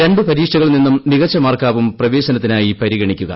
രണ്ടു പരീക്ഷകളിൽ നിന്നും മികച്ച മാർക്കാവും പ്രവേശനത്തിനായി പരിഗണിക്കുക